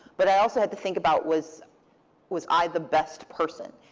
but i also had to think about was was i the best person.